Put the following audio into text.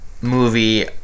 movie